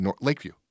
Lakeview